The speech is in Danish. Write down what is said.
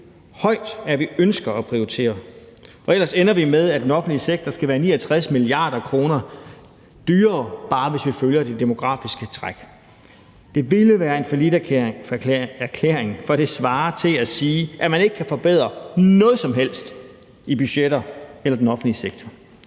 højt, at vi ønsker at prioritere, for ellers ender det med, at den offentlige sektor er 69 mia. kr. dyrere, bare hvis vi følger det demografiske træk. Det ville være en falliterklæring, for det svarer til at sige, at man ikke kan forbedre noget som helst i budgetter eller i den offentlige sektor.